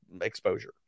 exposure